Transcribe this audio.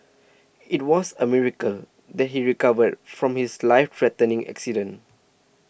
it was a miracle that he recovered from his life threatening accident